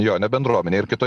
jo ne bendruomenė ir kitoj